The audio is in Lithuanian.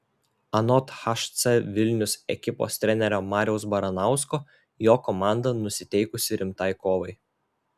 anot hc vilnius ekipos trenerio mariaus baranausko jo komanda nusiteikusi rimtai kovai